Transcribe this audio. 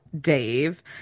dave